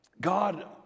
God